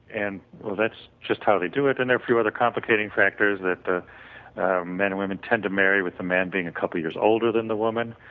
and well that's just how they do it and a few other complicating factors that men and women tend to marry with the man being a couple of years older than the woman